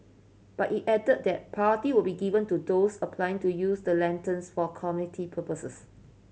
but it added that priority will be given to those applying to use the lanterns for community purposes